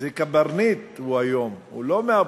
זה, קברניט הוא היום, הוא לא מהאופוזיציה.